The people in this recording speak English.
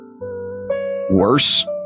worse